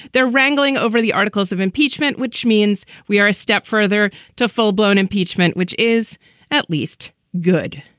they're wrangling over the articles of impeachment, which means we are a step further to full blown impeachment, which is at least good.